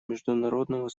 международного